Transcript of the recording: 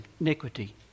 iniquity